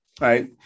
right